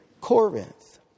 Corinth